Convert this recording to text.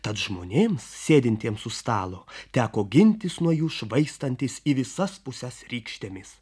tad žmonėms sėdintiems už stalo teko gintis nuo jų švaistantis į visas puses rykštėmis